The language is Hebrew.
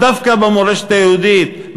דווקא במורשת היהודית,